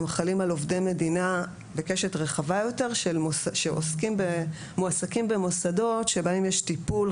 הם חלים על עובדי מדינה בקשת רחבה יותר שמועסקים במוסדות שבהם יש טיפול,